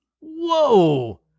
whoa